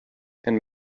and